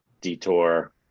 detour